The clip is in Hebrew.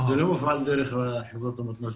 זה לא מופעל דרך חברת המתנ"סים,